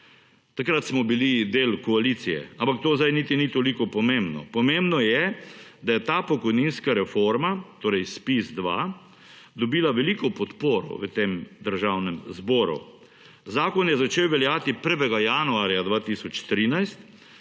Takrat smo bili del koalicije, ampak to zdaj niti ni toliko pomembno, pomembno je, da je ta pokojninska reforma, torej ZPIZ2 dobila veliko podporo v Državnem zboru. Zakon je začel veljati 1. januarja 2013